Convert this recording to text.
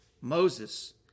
Moses